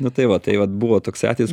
nu tai va tai vat buvo toksai atvejis